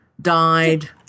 died